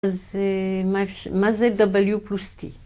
‫מה זה W פלוס T?